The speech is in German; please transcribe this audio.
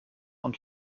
und